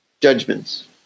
judgments